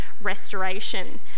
restoration